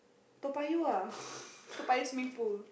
Toa-Payoh ah Toa-Payoh swimming pool